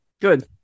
Good